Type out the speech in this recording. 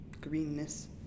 greenness